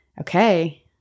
okay